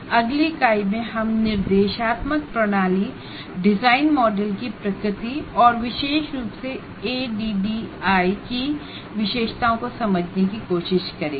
अगली इकाई में हम इंस्ट्रक्शन सिस्टम डिजाइन मॉडल की प्रकृति और विशेष रूप से एडीडीआई की विशेषताओं को समझने की कोशिश करेंगे